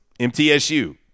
MTSU